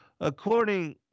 According